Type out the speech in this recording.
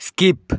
skip